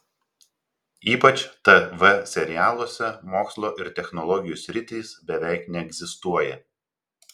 ypač tv serialuose mokslo ir technologų sritys beveik neegzistuoja